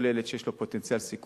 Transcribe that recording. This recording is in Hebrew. כל ילד שיש לו פוטנציאל סיכון,